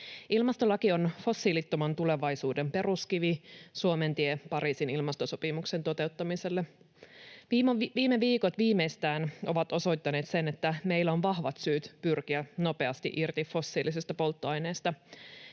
Ilmastolaki on fossiilittoman tulevaisuuden peruskivi, Suomen tie Pariisin ilmastosopimuksen toteuttamiselle. Viime viikot viimeistään ovat osoittaneet sen, että meillä on vahvat syyt pyrkiä nopeasti irti fossiilisesta polttoaineesta.